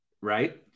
Right